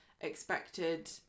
expected